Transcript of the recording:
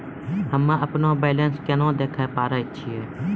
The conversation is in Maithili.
हम्मे अपनो बैलेंस केना देखे पारे छियै?